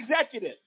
executive